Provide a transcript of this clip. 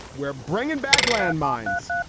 we're bringing back landmines.